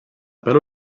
pelo